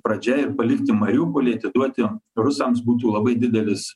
pradžia ir palikti mariupolį atiduoti rusams būtų labai didelis